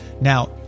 Now